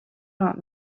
راه